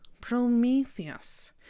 Prometheus